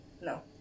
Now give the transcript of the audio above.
No